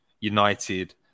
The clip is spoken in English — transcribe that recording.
United